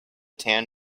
tan